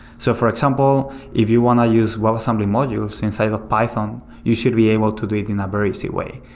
so for example, if you want to use webassembly modules inside of of python, you should be able to do it in a very easy way.